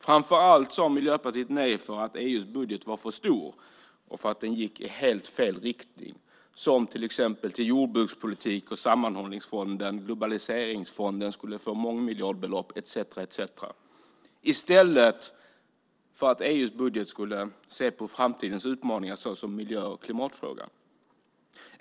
Miljöpartiet sade nej framför allt för att EU:s budget var för stor och för att den gick i helt fel riktning, till exempel till jordbrukspolitik. Sammanhållningsfonden och globaliseringsfonden skulle få mångmiljardbelopp etcetera i stället för att se på framtidens utmaningar såsom miljö och klimatfrågan.